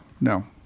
no